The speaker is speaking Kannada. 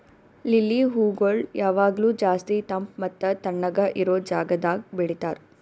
ಲಿಲ್ಲಿ ಹೂಗೊಳ್ ಯಾವಾಗ್ಲೂ ಜಾಸ್ತಿ ತಂಪ್ ಮತ್ತ ತಣ್ಣಗ ಇರೋ ಜಾಗದಾಗ್ ಬೆಳಿತಾರ್